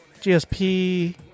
GSP